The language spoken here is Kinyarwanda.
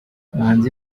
manzi